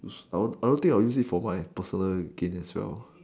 I won't I won't think I would use it for my personal kin as well